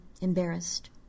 embarrassed